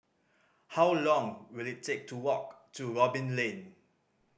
how long will it take to walk to Robin Lane